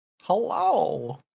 Hello